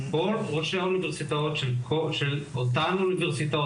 כל ראשי האוניברסיטאות של אותם אוניברסיטאות,